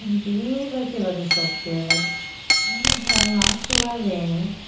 um breathe like you love yourself here. like inhale lots of love in